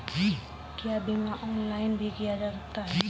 क्या बीमा ऑनलाइन भी किया जा सकता है?